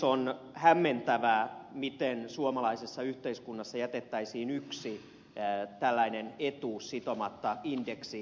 on hämmentävää miten suomalaisessa yhteiskunnassa jätettäisiin yksi tällainen etuus sitomatta indeksiin